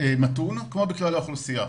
מתון כמו בכלל האוכלוסייה.